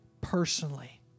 personally